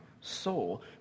soul